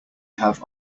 have